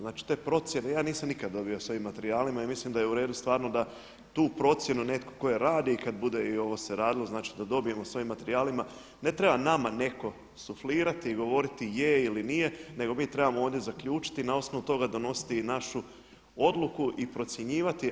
Znači te procjene, ja nisam nikad dobio sa ovim materijalima i mislim da je u redu stvarno da tu procjenu netko tko je radi i kada bude i ovo se radilo znači da dobijemo sa ovim materijalima, ne treba nama netko suflirati i govoriti je ili nije nego mi trebamo ovdje zaključiti i na osnovu toga donositi i našu odluku i procjenjivati.